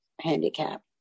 handicap